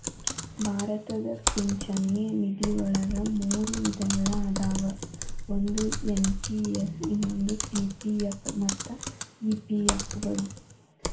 ಭಾರತದ ಪಿಂಚಣಿ ನಿಧಿವಳಗ ಮೂರು ವಿಧಗಳ ಅದಾವ ಒಂದು ಎನ್.ಪಿ.ಎಸ್ ಇನ್ನೊಂದು ಪಿ.ಪಿ.ಎಫ್ ಮತ್ತ ಇ.ಪಿ.ಎಫ್ ಗಳು